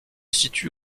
situe